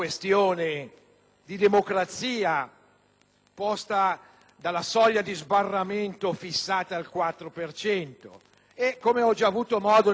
posta dalla soglia di sbarramento fissata al 4 per cento e, come ho già avuto modo di dire in discussione generale,